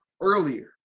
earlier